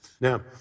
Now